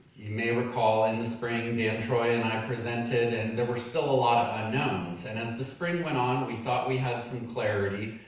you may recall in the spring, and dan ah troy and i presented, and there were still a lot of unknowns. and as the spring went on, we thought we had some clarity,